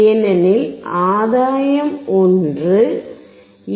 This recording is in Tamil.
ஏனெனில் ஆதாயம் 1 ஏ